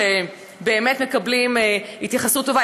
שבאמת מקבלים התייחסות טובה,